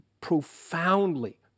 profoundly